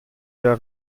der